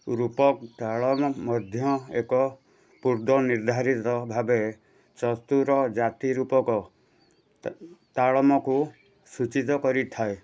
ରୂପକ ତାଳମ୍ ମଧ୍ୟ ଏକ ପୂର୍ବ ନିର୍ଦ୍ଧାରିତ ଭାବେ ଚତୁର ଜାତି ରୂପକ ତା ତାଳମକୁ ସୂଚୀତ କରିଥାଏ